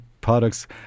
products